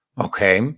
Okay